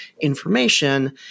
information